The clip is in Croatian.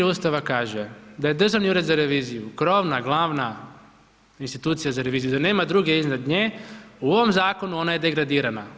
Ustava kaže, da je Državni ured za reviziju, krovna, glavna institucija za reviziju, da nema druge iznad nje u ovom zakonu, ona je degradirana.